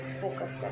focus